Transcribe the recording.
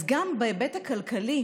אז גם בהיבט הכלכלי,